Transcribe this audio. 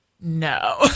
no